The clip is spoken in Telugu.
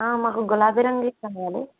మాకు గులాబీ రంగే కావాలి